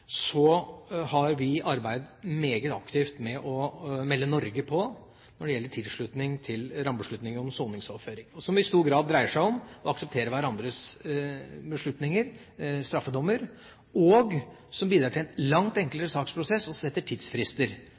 har vi arbeidet meget aktivt med å melde Norge på når det gjelder tilslutning til rammebeslutningen om soningsoverføring, som i stor grad dreier seg om å akseptere hverandres beslutninger, straffedommer, og som bidrar til en langt enklere saksprosess og setter tidsfrister,